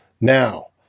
Now